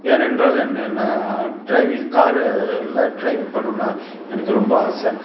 ஏனென்றால் என்ன நான் ட்ரைவிங் காரு இல்லை ட்ரைவிங் பண்ணணுன்னா எனக்கு ரொம்ப ஆசை